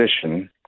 position